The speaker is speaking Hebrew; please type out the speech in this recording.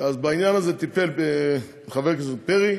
בעניין הזה טיפל חבר הכנסת פרי.